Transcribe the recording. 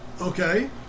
Okay